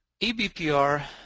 eBPR